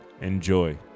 Enjoy